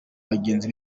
bagenzi